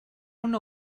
una